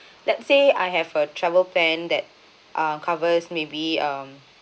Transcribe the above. let's say I have a travel plan that are covers maybe um